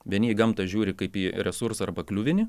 vieni į gamtą žiūri kaip į resursą arba kliuvinį